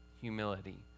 humility